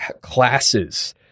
classes